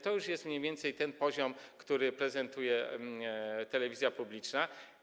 To już jest mniej więcej ten poziom, który prezentuje telewizja publiczna.